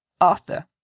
Arthur